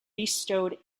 bestowed